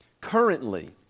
Currently